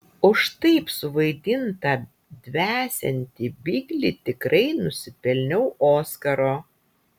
už taip suvaidintą dvesiantį biglį tikrai nusipelniau oskaro